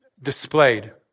displayed